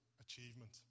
achievement